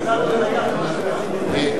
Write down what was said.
זה להודות לה',